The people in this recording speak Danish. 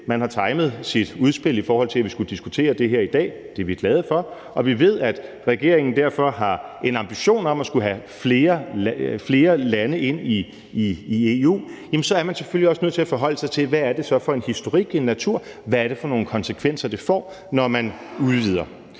man har timet sit udspil, i forhold til at vi skulle diskutere det her i dag – det er vi glade for – og vi ved, at regeringen derfor har en ambition om at skulle have flere lande ind i EU, så er man selvfølgelig også nødt til at forholde sig til, hvad det så er for en historik, en natur, hvad det så er for nogle konsekvenser, det får, når man udvider.